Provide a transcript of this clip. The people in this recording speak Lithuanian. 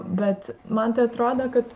bet man tai atrodo kad